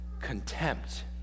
contempt